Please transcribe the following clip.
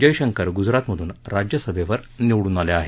जयशंकर गुजरातमधून राज्यसभेवर निवडून आले आहेत